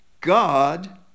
God